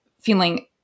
feeling